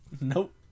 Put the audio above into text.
Nope